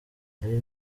ari